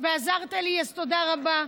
ועזרת לי, אז תודה רבה.